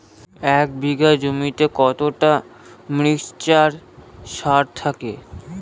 এক বিঘা জমিতে কতটা মিক্সচার সার লাগে?